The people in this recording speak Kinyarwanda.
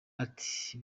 ati